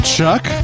Chuck